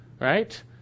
right